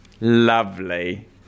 Lovely